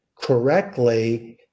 correctly